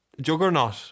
juggernaut